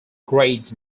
grades